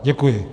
Děkuji.